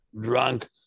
drunk